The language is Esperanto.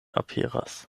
aperas